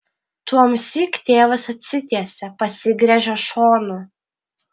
tuomsyk tėvas atsitiesia pasigręžia šonu